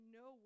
no